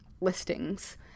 listings